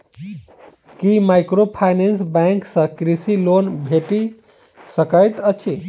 की microfinance bank सँ कृषि loan भेटि सकैत अछि?